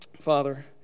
Father